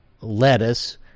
lettuce